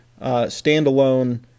standalone